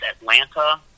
Atlanta